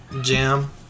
Jam